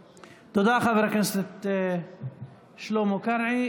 תודה, חבר הכנסת שלמה קרעי.